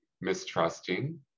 mistrusting